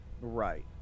right